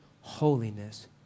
holiness